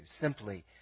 simply